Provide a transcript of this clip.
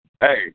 Hey